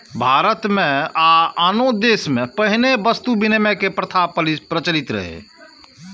भारत मे आ आनो देश मे पहिने वस्तु विनिमय के प्रथा प्रचलित रहै